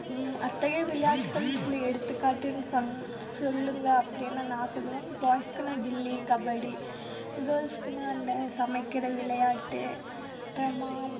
அத்தகைய விளையாட்டுக்களுக்கு உள்ள எடுத்துக்காட்டுன்னு சொல் சொல்லுங்க அப்படின்னா நான் சொல்வேன் பாய்ஸுக்குனால் கில்லி கபடி கேர்ள்ஸுக்குனால் அந்த சமைக்கிற விளையாட்டு அப்புறமா